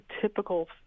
typical